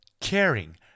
Caring